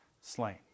slain